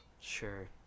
Sure